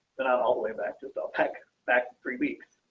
all the way back to the tech back three weeks.